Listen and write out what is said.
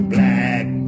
Black